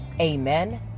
amen